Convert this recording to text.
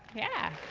yeah!